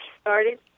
started